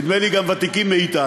ונדמה לי שגם ותיקים מאתנו.